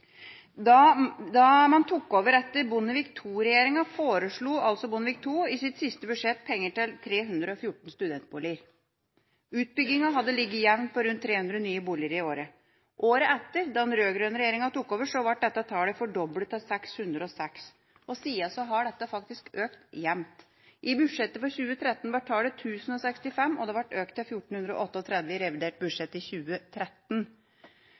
da den rød-grønne regjeringa tok over, ble dette tallet fordoblet, til 606, og siden har dette tallet faktisk økt jevnt. I budsjettet for 2013 var tallet 1 065, og det ble økt til 1 438 i revidert budsjett i 2013.